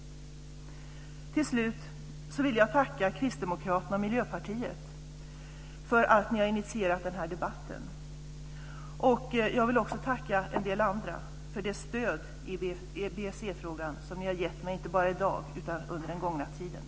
Till slut vill jag tacka Kristdemokraterna och Miljöpartiet för att de har initierat denna debatt. Jag vill också tacka en del andra för det stöd i BSE-frågan som ni har gett mig inte bara i dag utan också under den tid som har gått.